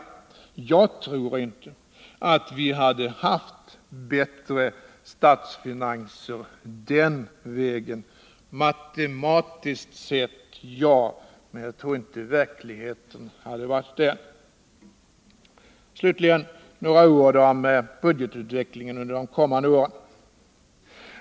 Jag tror inte att vi hade haft bättre statsfinanser den vägen. Matematiskt sett ja, men jag tror inte verkligheten hade varit den. Slutligen några ord om budgetutvecklingen under de kommande åren.